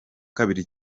kabiri